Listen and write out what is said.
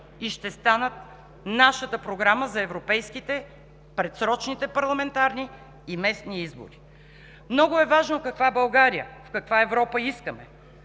и ще станат нашата Програма за европейските, предсрочните парламентарни и местни избори. Много е важно каква България в каква Европа искаме,